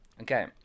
Okay